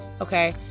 Okay